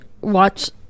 watch